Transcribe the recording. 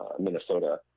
Minnesota